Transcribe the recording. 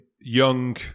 young